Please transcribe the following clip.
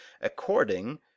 according